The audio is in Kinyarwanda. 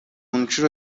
nshuro